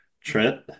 Trent